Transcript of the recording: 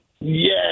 Yes